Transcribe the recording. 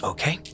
Okay